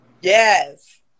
Yes